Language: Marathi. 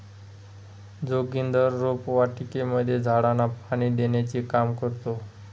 जोगिंदर रोपवाटिकेमध्ये झाडांना पाणी देण्याचे काम करतो